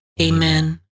Amen